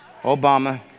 Obama